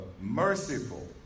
merciful